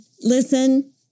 listen